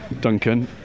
duncan